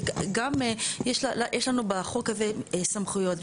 גם, יש לנו בחוק הזה סמכויות.